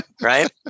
right